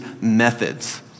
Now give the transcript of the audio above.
methods